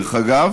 דרך אגב